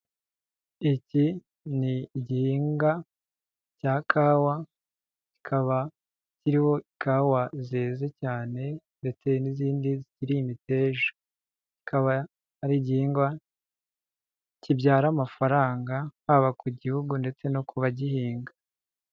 Iki ni igihingwa cya kawa kikaba, kiriho ikawa zeze cyane ndetse n'izindi zikiri imiteja, kikaba ari igihingwa kibyara amafaranga haba ku gihugu ndetse no ku ba gihinga.